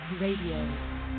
Radio